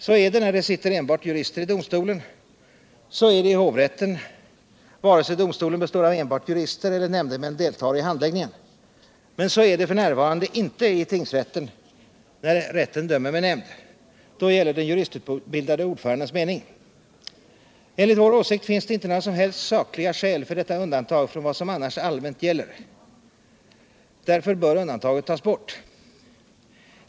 Så är det när det sitter enbart jurister i domstolen. Så är det i hovrätten vare sig domstolen består av enbart jurister eller nämndemän deltar i behandlingen. Men så är det f. n. inte i tingsrätten när rätten dömer med nämnd. Då gäller den juristutbildade ordförandens mening. Enligt vår åsikt finns det inte några som helst sakliga skäl för detta undantag från vad som annars allmänt gäller. Därför bör undantaget tas bort.